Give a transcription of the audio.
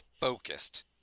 focused